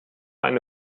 eine